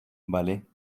vale